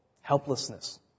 helplessness